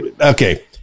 okay